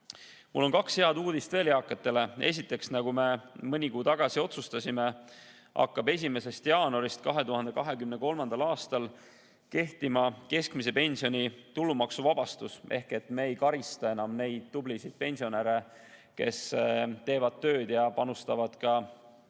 kaks head uudist veel. Esiteks, nagu me mõni kuu tagasi otsustasime, hakkab 1. jaanuarist 2023. aastal kehtima keskmise pensioni tulumaksuvabastus ehk me ei karista enam neid tublisid pensionäre, kes teevad tööd, panustavad